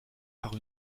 par